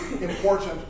important